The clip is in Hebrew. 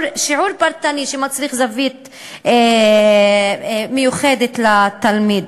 שיעור פרטני שמצריך זווית מיוחדת לתלמיד.